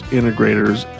integrators